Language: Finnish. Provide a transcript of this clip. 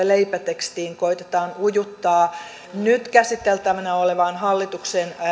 leipätekstiin koetetaan ujuttaa nyt käsiteltävänä olevaan hallituksen